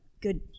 good